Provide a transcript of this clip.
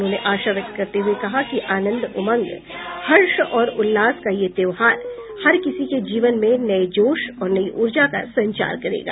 उन्होंने आशा व्यक्त करते हुए कहा कि आनंद उमंग हर्ष और उल्लास का यह त्योहार हर किसी के जीवन में नए जोश और नई ऊर्जा का संचार करेगा